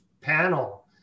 panel